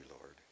Lord